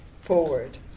forward